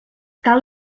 cal